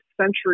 century